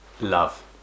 love